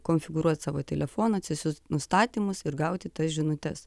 konfigūruot savo telefoną atsisiųst nustatymus ir gauti tas žinutes